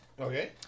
Okay